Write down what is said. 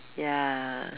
ya